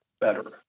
better